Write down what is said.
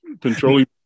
controlling